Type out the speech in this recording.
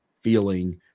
feeling